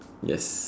yes